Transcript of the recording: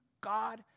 God